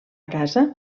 casa